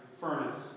furnace